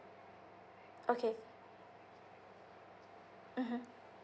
okay mmhmm